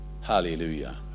hallelujah